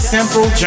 Simple